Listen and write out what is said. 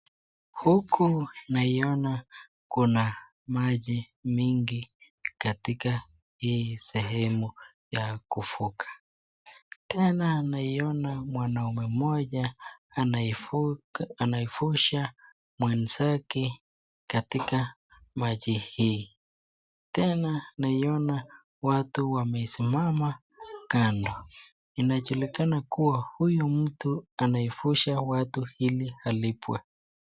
Huku naiona kuna maji mingi katika hii sehemu ya kuvuka tena naiona mwanaume mmoja anavusha mwenzake katika maji hii tena naiona watu wamesimama kando. Inajulikana kuwa huyu mtu anavusha watu ili alipwe.